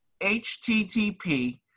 HTTP